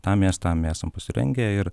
tam mes tam esam pasirengę ir